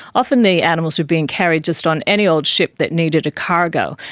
often the animals were being carried just on any old ship that needed a cargo,